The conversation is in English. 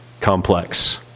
complex